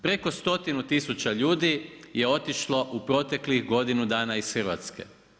Preko stotinu tisuću ljudi je otišlo u proteklih godinu dana iz Hrvatske.